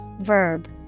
verb